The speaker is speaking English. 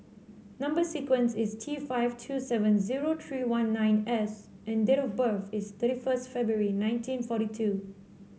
number sequence is T five two seven zero three one nine S and date of birth is thirty first January nineteen forty two